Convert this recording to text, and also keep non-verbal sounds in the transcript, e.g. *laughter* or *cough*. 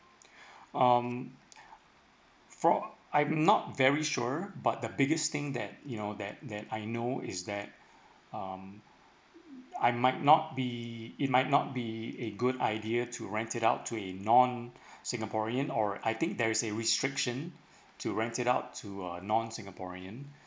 um fro~ I'm not very sure but the biggest thing that you know that that I know is that um I might not be it might not be a good idea to rent it out to a *breath* non singaporean or I think there's a restriction to rent it out to a non singaporean